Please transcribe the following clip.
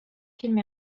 films